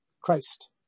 Christ